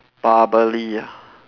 bubbly ah